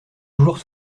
toujours